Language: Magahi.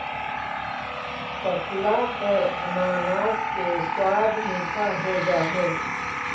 पकला पर अनानास के स्वाद मीठा हो जा हई